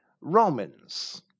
Romans